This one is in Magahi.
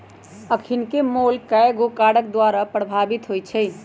अखनिके मोल कयगो कारक द्वारा प्रभावित होइ छइ